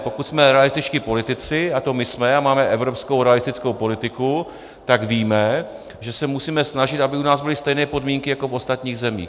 Pokud jsme realističtí politici a to my jsme a máme evropskou realistickou politiku, tak víme, že se musíme snažit, aby u nás byly stejné podmínky jako v ostatních zemích.